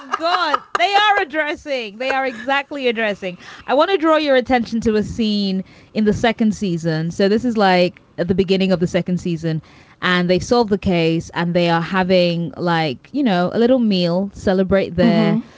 god. they are addressing. they are exactly addressing i want to draw your attention to a scene in the second season. so this is like at the beginning of the second season and they've solved the case and they are having like, you know, a little meal celebrate there.